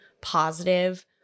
positive